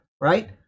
right